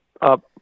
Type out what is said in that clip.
up